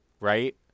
right